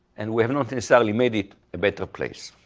and we haven't necessarily made it a better place.